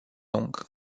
lung